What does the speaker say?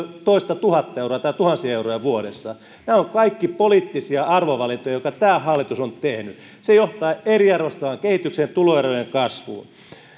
toistatuhatta euroa tai tuhansia euroja vuodessa nämä ovat kaikki poliittisia arvovalintoja jotka tämä hallitus on tehnyt se johtaa eriarvoistavaan kehitykseen tuloerojen kasvuun